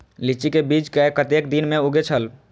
लीची के बीज कै कतेक दिन में उगे छल?